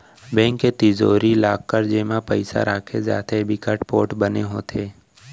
bank के तिजोरी, locker जेमा पइसा राखे जाथे बिकट पोठ बने होथे